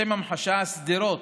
לשם המחשה, שדרות,